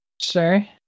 Sure